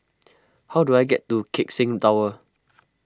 how do I get to Keck Seng Tower